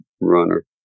runner